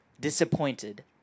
disappointed